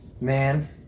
Man